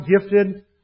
gifted